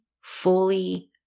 fully